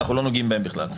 אנחנו לא נוגעים בהם בכלל.